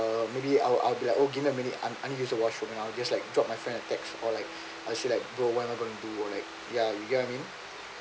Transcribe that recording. uh maybe I will be like oh give me a minute I need to use the washroom I'll just like drop my friend and text all like bro what am I going to do or like ya you know what I mean